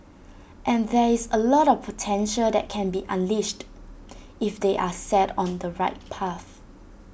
and there is A lot of potential that can be unleashed if they are set on the right path